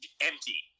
empty